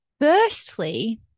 firstly